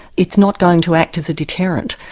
it's not going to act as a deterrent.